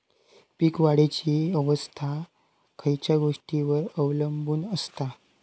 पीक वाढीची अवस्था खयच्या गोष्टींवर अवलंबून असता?